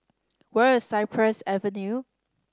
where is Cypress Avenue